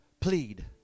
plead